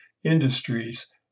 industries